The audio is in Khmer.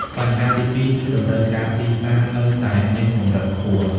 បញ្ហាទីពីរគឺ តម្រូវការទីផ្សារនៅតែមានកម្រិតខ្ពស់។